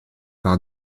par